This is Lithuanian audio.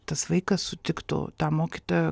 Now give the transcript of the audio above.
tas vaikas sutiktų tą mokytoją